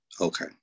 okay